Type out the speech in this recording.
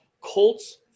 Colts